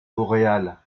boréale